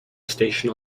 station